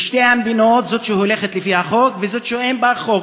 של שתי המדינות: זו שהולכת לפי החוק וזו שאין בה חוק.